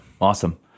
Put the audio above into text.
Awesome